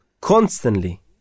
constantly